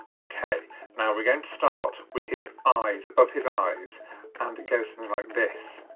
and okay now we're going to start with his eyes, above his eyes, and it goes something like this,